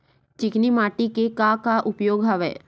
चिकनी माटी के का का उपयोग हवय?